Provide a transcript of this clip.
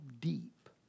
deep